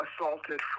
assaulted